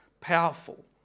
powerful